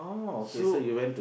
so